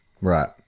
Right